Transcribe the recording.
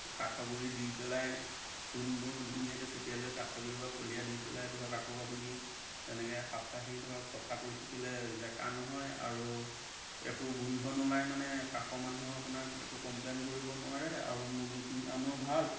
কাঠৰ গুৰি দি পেলাই চূণ তূণ ধুনীয়াকৈ ছটিয়াই লৈ কাঠৰ গুড়ি বা ফলিয়া দি পেলাই ধৰক আকৌ আপুনি তেনেকৈ সাপ্তাহিক ধৰক চফা কৰি থাকিলে জেকা নহয় আৰু একো গোন্ধ নোলায় মানে কাষৰ মানুহো আপোনাক একো কমপ্লেইন কৰিব নোৱাৰে আৰু মুৰ্গীখিনিৰ কাৰণেও ভাল